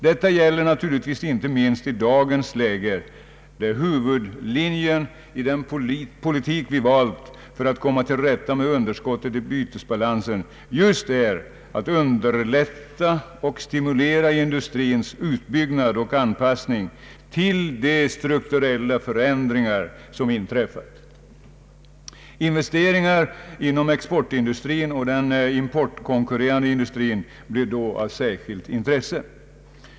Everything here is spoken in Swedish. Detta gäller naturligtvis inte minst i dagens läge, där huvudlinjen i den politik vi valt för att komma till rätta med underskottet i bytesbalansen just är att underlätta och stimulera industrins utbyggnad och anpassning till de strukturella förändringar som inträf fat. Investeringar inom exportindustrin och den importkonkurrerande industrin blir då av särskilt intresse.